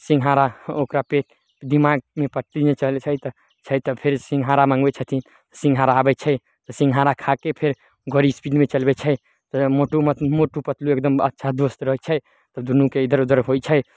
सिंगहारा ओकरा पेट दिमागमे पत्ती नहि चलै छै तऽ छै तऽ फेर सिंगहारा मँगबै छथिन सिंगहारा आबै छै तऽ सिंगहारा खाके फेर गड़ी स्पीडमे चलबै छै ताहि लए मोटु मोटु पतलु एकदम अच्छा दोस्त रहै छै तऽ दुन्नूके इधर उधर होइ छै